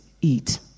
eat